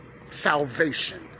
salvation